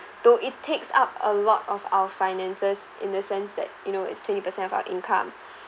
though it takes up a lot of our finances in the sense that you know is twenty percent of our income